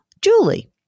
Julie